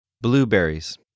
Blueberries